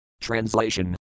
Translation